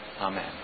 Amen